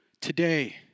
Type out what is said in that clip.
today